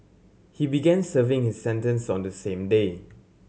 he began serving his sentence on the same day